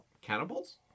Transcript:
cannibals